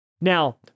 Now